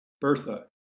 Bertha